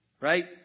right